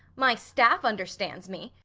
my staff understands me.